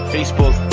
Facebook